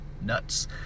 nuts